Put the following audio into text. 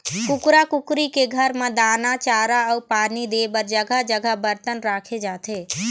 कुकरा कुकरी के घर म दाना, चारा अउ पानी दे बर जघा जघा बरतन राखे जाथे